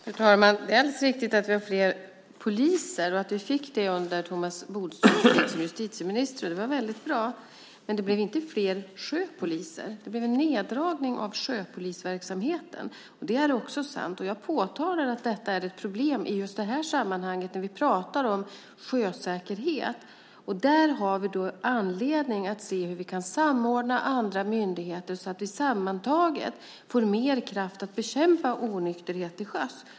Fru talman! Det är alldeles riktigt att vi har fått fler poliser och att vi fick det under Thomas Bodströms tid som justitieminister. Det var väldigt bra. Men det blev inte fler sjöpoliser. Det blev en neddragning av sjöpolisverksamheten. Det är också sant. Jag påpekade att detta är ett problem i det här sammanhanget, när vi pratar om sjösäkerhet. Därför har vi anledning att samordna andra myndigheter så att de sammantaget får mer kraft att bekämpa onykterhet till sjöss.